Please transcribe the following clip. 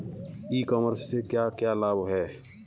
ई commerce से क्या क्या लाभ हैं?